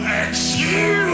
excuse